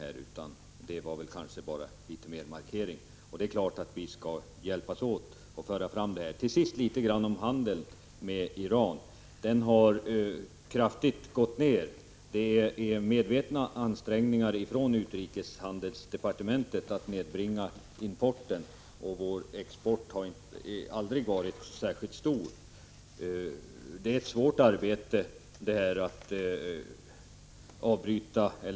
Det är klart att vi skall hjälpas åt och föra fram vår kritik mot missförhållanden som råder. Till sist några ord om handeln med Iran. Den har gått ner kraftigt, och det beror på medvetna ansträngningar från utrikesdepartementet att nedbringa importen. Vår export till Iran har aldrig varit särskilt stor. Det här är ett svårt arbete, när dett.ex.